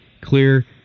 Clear